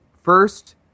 First